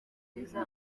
rwiza